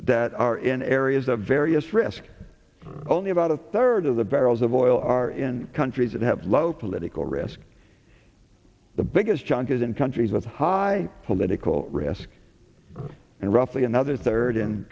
that are in areas of various risk only about a third of the barrels of oil are in countries that have low political risk the biggest chunk is in countries with high political risk and roughly another third